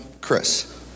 Chris